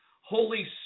Holy